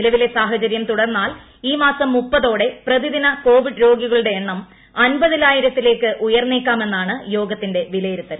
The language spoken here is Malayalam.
നിലവിലെ സാഹചര്യം തുടർന്നാൽ ഈ മാസം മുപ്പതോടെ പ്രതിദിന കോവിഡ് രോഗികളുടെ എണ്ണം അൻപതിനായിരത്തിലേക്ക് ഉയരുമെന്നേക്കാമെന്നാണ് യോഗത്തിന്റെ വിലയിരുത്തൽ